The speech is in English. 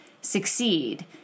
succeed